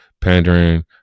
pandering